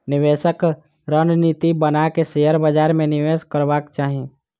निवेशक रणनीति बना के शेयर बाजार में निवेश करबाक चाही